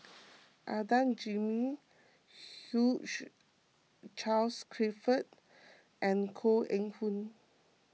Adan Jimenez Charles Clifford and Koh Eng Hoon